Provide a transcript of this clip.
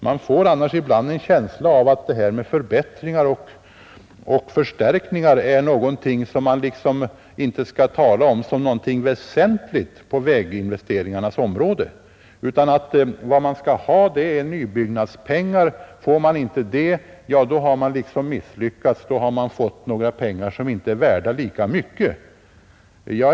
Man får ibland en känsla av att förbättringar och förstärkningar inte är något väsentligt på väginvesteringarnas område. Vad man skall ha är nybyggnadspengar; får man inte det är pengarna inte lika mycket värda.